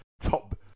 top